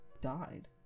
died